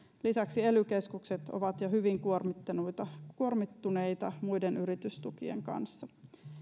lisäksi ely keskukset ovat jo hyvin kuormittuneita kuormittuneita muiden yritystukien kanssa